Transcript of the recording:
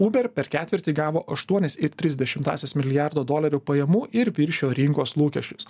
uber per ketvirtį gavo aštuonis ir tris dešimtąsias milijardo dolerių pajamų ir viršijo rinkos lūkesčius